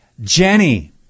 Jenny